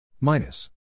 minus